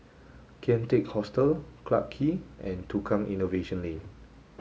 Kian Teck Hostel Clarke Quay and Tukang Innovation Lane